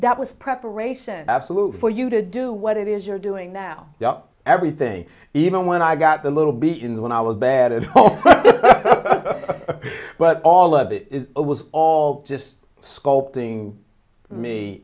that was preparation absolute for you to do what it is you're doing now you know everything even when i got the little beach and when i was bad but all of it was all just sculpting me